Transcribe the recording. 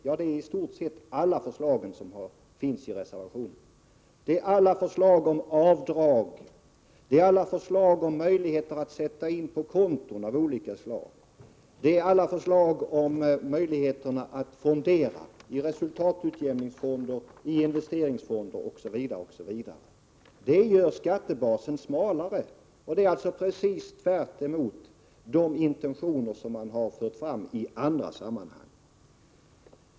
Jo, det är i stort sett alla förslag i reservationen, alla förslag om avdrag, alla förslag om möjligheter att sätta in på konto av olika slag, alla förslag om möjligheter att fondera i resultatutjämningsfonder, investeringsfonder osv. Det gör skattebasen smalare — alltså precis tvärtemot de intentioner som förts fram i andra sammanhang.